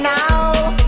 now